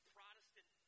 Protestant